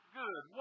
good